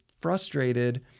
frustrated